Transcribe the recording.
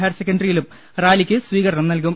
higher സെക്കന്ററിയിലും റാലിക്ക് സ്വീകരണം നൽകും